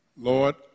Lord